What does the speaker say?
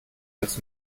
als